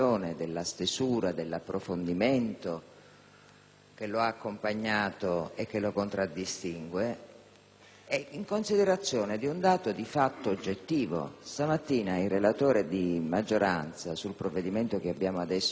in considerazione di un dato di fatto oggettivo. Stamattina il relatore di maggioranza in Commissione sul provvedimento che abbiamo in esame ha presentato un emendamento con il quale fissava in 180 giorni